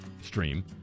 stream